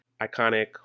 iconic